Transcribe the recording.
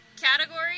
Category